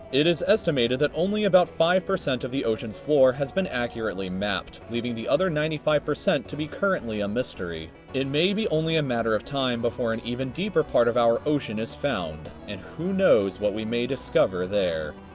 it is estimated that only about five percent of the ocean's floor has been accurately mapped, leaving the other ninety five percent to be currently a mystery. it may be only a matter of time before an even deeper part of our ocean is found. and who knows what we may discover there.